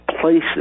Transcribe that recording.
places